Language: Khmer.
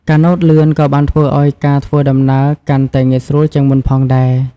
កាណូតលឿនក៏បានធ្វើឲ្យការធ្វើដំណើរកាន់តែងាយស្រួលជាងមុនផងដែរ។